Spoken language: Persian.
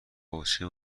باچه